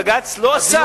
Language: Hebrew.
בג"ץ לא אסר,